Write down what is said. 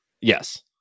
yes